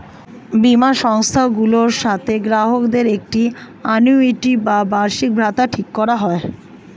বীমা সংস্থাগুলোর সাথে গ্রাহকদের একটি আ্যানুইটি বা বার্ষিকভাতা ঠিক করা হয়